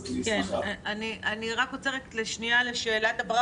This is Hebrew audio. אני עוצרת לשנייה לשאלת הבהרה,